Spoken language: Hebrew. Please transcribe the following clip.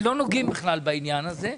אנחנו לא נוגעים בכלל בעניין הזה.